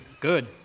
Good